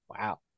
Wow